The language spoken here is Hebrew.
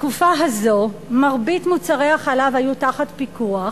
בתקופה הזאת מרבית מוצרי החלב היו תחת פיקוח,